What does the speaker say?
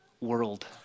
world